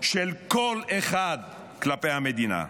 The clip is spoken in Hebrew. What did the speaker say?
של כל אחד כלפי המדינה.